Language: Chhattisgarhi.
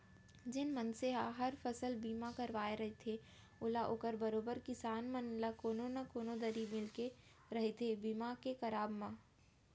जेन मनसे हर फसल बीमा करवाय रथे ओला ओकर बरोबर किसान मन ल कोनो न कोनो दरी मिलके रहिथे बीमा के करवाब म